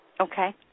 Okay